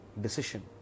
decision